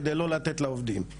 כדי לא לתת לעובדים.